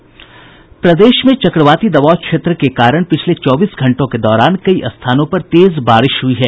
प्रदेश में चक्रवाती दवाब क्षेत्र के कारण पिछले चौबीस घंटों के दौरान कई स्थानों पर तेज बारिश हुई है